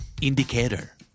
Indicator